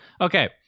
Okay